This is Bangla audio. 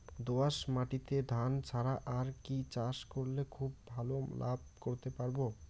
দোয়াস মাটিতে ধান ছাড়া আর কি চাষ করলে খুব ভাল লাভ করতে পারব?